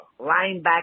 linebacker